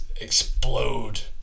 explode